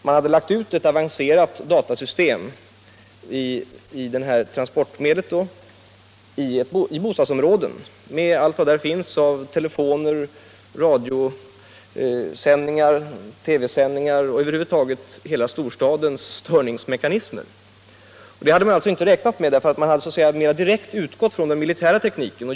Man hade lagt ut ett avancerat datasystem i det här transportmedlet i bostadsområden med allt vad där finns av telefoner, radiosändningar, TV-sändningar och över huvud taget hela storstadens störningsmekanismer. Det hade man alltså inte räknat med därför att man hade så att säga mera direkt utgått ifrån den militära tekniken.